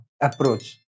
Approach